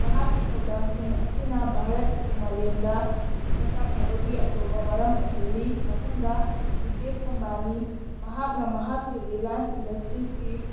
ꯃꯍꯥꯛꯀꯤ ꯊꯧꯗꯥꯡꯁꯤꯡ ꯑꯁꯤꯅ ꯚꯥꯔꯠꯄꯨ ꯃꯥꯂꯦꯝꯗ ꯁꯛꯇꯥꯛꯅꯕꯒꯤ ꯑꯆꯧꯕ ꯃꯔꯝ ꯑꯣꯏꯍꯜꯂꯤ ꯃꯊꯪꯗ ꯃꯨꯀꯦꯁ ꯑꯝꯕꯥꯅꯤ ꯃꯍꯥꯛꯅ ꯃꯍꯥꯛꯀꯤ ꯔꯤꯂꯥꯏꯟꯁ ꯏꯟꯗꯁꯇ꯭ꯔꯤꯁꯀꯤ